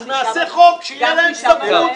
אז נעשה חוק שתהיה להם סמכות.